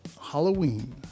Halloween